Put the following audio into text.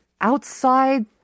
outside